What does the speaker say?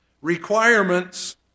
Requirements